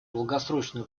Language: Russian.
долгосрочную